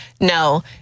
No